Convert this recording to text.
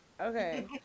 okay